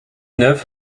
neuf